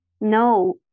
no